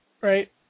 Right